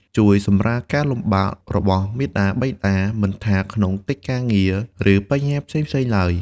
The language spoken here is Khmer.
ជួយសម្រាលការលំបាករបស់មាតាបិតា មិនថាក្នុងកិច្ចការងារ ឬបញ្ហាផ្សេងៗឡើយ។